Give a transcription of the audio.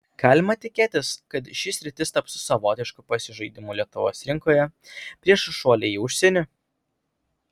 galima tikėtis kad ši sritis taps savotišku pasižaidimu lietuvos rinkoje prieš šuolį į užsienį